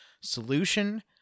solution